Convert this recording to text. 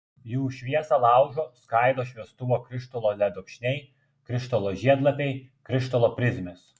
jų šviesą laužo skaido šviestuvo krištolo ledokšniai krištolo žiedlapiai krištolo prizmės